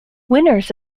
winners